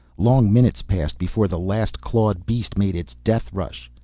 long minutes passed before the last clawed beast made its death rush.